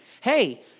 hey